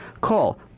Call